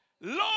Lord